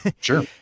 Sure